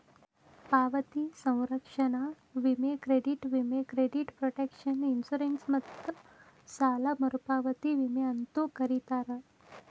ಪಾವತಿ ಸಂರಕ್ಷಣಾ ವಿಮೆ ಕ್ರೆಡಿಟ್ ವಿಮೆ ಕ್ರೆಡಿಟ್ ಪ್ರೊಟೆಕ್ಷನ್ ಇನ್ಶೂರೆನ್ಸ್ ಮತ್ತ ಸಾಲ ಮರುಪಾವತಿ ವಿಮೆ ಅಂತೂ ಕರೇತಾರ